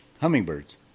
hummingbirds